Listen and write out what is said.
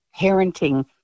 parenting